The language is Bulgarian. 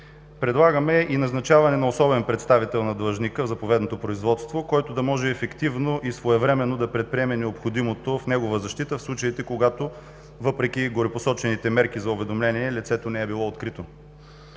Предлагаме и назначаване на особен представител на длъжника в заповедното производство, който да може ефективно и своевременно да предприеме необходимото в негова защита в случаите, когато, въпреки горепосочените мерки за уведомление, лицето не е било открито.